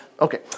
Okay